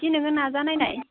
एसे नोङो नाजा नायनाय